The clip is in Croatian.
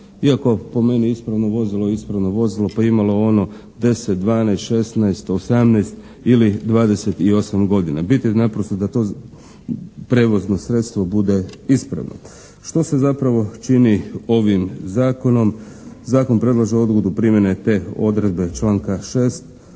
iako po meni ispravno vozilo je ispravno vozilo pa imalo ono deset, dvanaest, šesnaest, osamnaest ili dvadeset i osam godina, bit je naprosto da da to prijevozno sredstvo bude ispravno. Što se zapravo čini ovim zakonom? Zakon predlaže odgodu primjene te odredbe članka 6.